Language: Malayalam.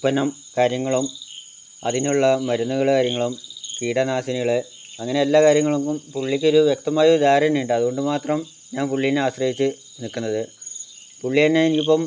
ഉൽപ്പന്നം കാര്യങ്ങളും അതിനുള്ള മരുന്നുകള് കാര്യങ്ങളും കീടനാശിനികള് അങ്ങനെ എല്ലാ കാര്യങ്ങൾക്കും പുള്ളിക്ക് ഒരു വ്യക്തമായ ധാരണയുണ്ട് അതുകൊണ്ടുമാത്രം ഞാൻ പുള്ളിനെ ആശ്രയിച്ച് നിക്കുന്നത് പുള്ളിതന്നെ ഇനിയിപ്പം